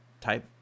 type